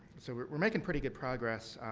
so, we're making pretty good progress.